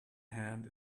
hand